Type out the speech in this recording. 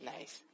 Nice